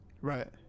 Right